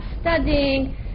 studying